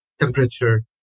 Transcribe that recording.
temperature